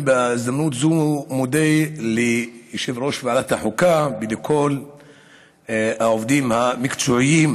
בהזדמנות הזאת אני מודה ליושב-ראש ועדת החוקה ולכל העובדים המקצועיים,